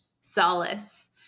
solace